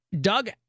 Doug